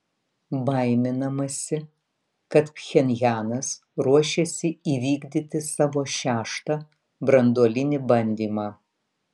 baiminamasi kad pchenjanas ruošiasi įvykdyti savo šeštą branduolinį bandymą